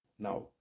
Now